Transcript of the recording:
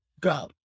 go